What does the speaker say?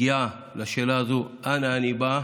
מגיעה לשאלה הזו, אנה אני באה,